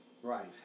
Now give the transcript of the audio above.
Right